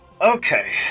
Okay